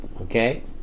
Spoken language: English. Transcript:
Okay